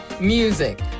music